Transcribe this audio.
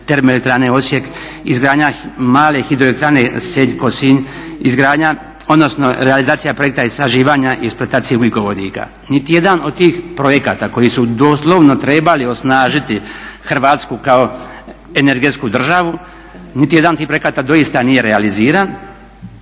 termoelektrane Osijek, izgradnja male hidroelektrane Senj, Kosinj, izgradnja, odnosno realizacija projekta istraživanja i eksploatacije ugljikovodika. Niti jedan od tih projekata koji su doslovno trebali osnažiti Hrvatsku kao energetsku državu, niti jedan od tih projekata doista nije realiziran.